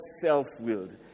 self-willed